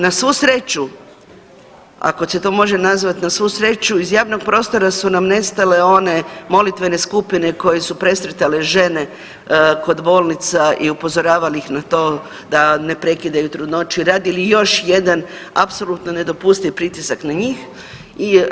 Na svu sreću ako se to može nazvat na svu sreću iz javnog prostora su nam nestale one molitvene skupine koje su presretale žene kod bolnica i upozoravali ih na to da ne prekidaju trudnoću i radili još jedan apsolutno nedopustiv pritisak na njih.